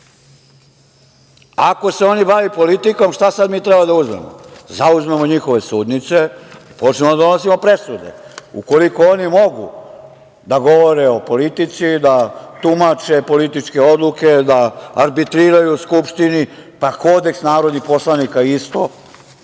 ako se oni bave politikom šta sad mi treba da uzmemo? Zauzmemo njihove sudnice i počnemo da donosimo presude. Ukoliko oni mogu da govore o politici, da tumače političke odluke, da arbitriraju u Skupštini, pa Kodeks narodnih poslanika isto,